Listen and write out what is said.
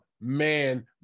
man